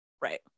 Right